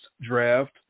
draft